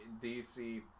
DC